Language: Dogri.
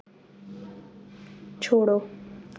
छोड़ो